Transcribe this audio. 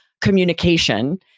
communication